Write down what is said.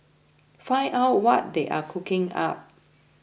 find out what they are cooking up